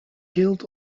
killed